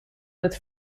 with